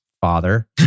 father